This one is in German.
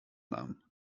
namen